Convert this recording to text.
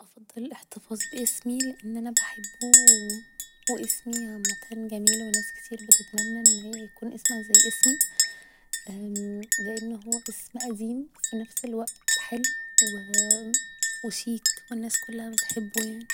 افضل الاحتفاظ ب اسمي لأن أنا بحبه و اسمي عامة جميل و ناس كتير بتتمنى ان هي يكون اسمها زي اسمي اممم لان هو أسم قديم و في نفس الوقت حلو و شيك والناس كلها بتحبه يعني